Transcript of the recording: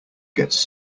gets